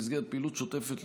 במסגרת פעילות שוטפת,